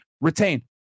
retain